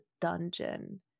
dungeon